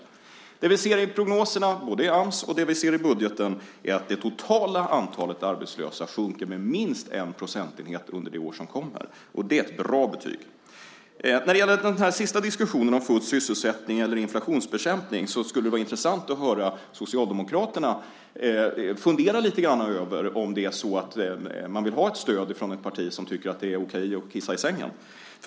Det vi ser både i prognoserna och i budgeten är att det totala antalet arbetslösa sjunker med minst en procentenhet under det år som kommer. Det är ett bra betyg. När det gäller diskussionen om full sysselsättning och inflationsbekämpning skulle det vara intressant att höra Socialdemokraterna fundera över om man vill ha stöd från ett parti som tycker att det är okej att kissa i sängen.